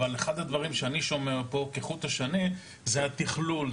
אבל אחד הדברים שאני שומע פה כחוט השני זה התכלול,